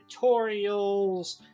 tutorials